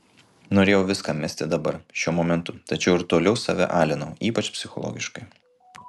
norėjau viską mesti dabar šiuo momentu tačiau ir toliau save alinau ypač psichologiškai